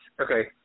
Okay